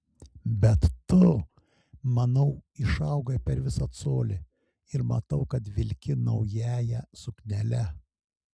bet tu manau išaugai per visą colį ir matau kad vilki naująja suknele